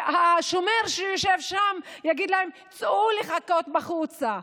והשומר שיושב שם יגיד להם: צאו לחכות בחוץ.